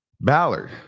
Ballard